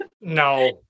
No